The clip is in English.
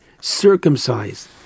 circumcised